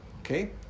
Okay